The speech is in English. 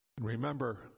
Remember